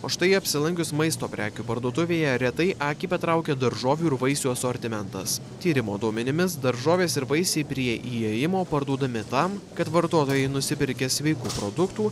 o štai apsilankius maisto prekių parduotuvėje retai akį patraukia daržovių ir vaisių asortimentas tyrimo duomenimis daržovės ir vaisiai prie įėjimo parduodami tam kad vartotojai nusipirkę sveikų produktų